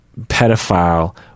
pedophile